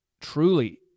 truly